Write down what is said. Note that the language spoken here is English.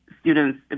students